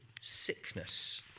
sickness